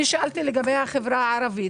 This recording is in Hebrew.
אני שאלתי לגבי החברה הערבית,